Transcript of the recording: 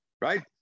right